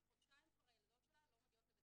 שכבר חודשיים הילדות שלה לא מגיעות לבית